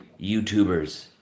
YouTubers